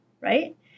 right